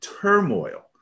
turmoil